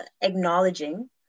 acknowledging